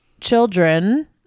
children